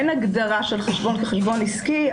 אין הגדרה של חשבון כחשבון עסקי.